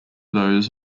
those